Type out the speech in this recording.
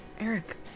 Eric